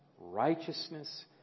righteousness